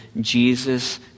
Jesus